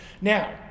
Now